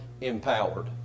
empowered